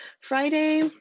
Friday